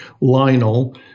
Lionel